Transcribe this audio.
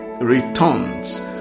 returns